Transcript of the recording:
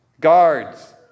Guards